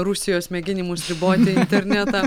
rusijos mėginimus riboti internetą